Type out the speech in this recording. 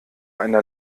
einer